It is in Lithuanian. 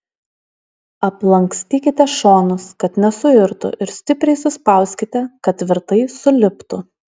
aplankstykite šonus kad nesuirtų ir stipriai suspauskite kad tvirtai suliptų